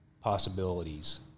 possibilities